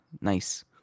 Nice